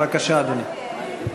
בבקשה, אדוני.